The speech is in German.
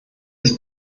des